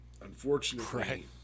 Unfortunately